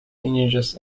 lineages